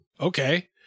okay